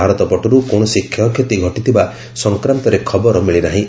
ଭାରତ ପଟରୁ କୌଣସି କ୍ଷୟକ୍ଷତି ଘଟିଥିବା ସଫକ୍ରାନ୍ତରେ ଖବର ମିଳିନାହିଁ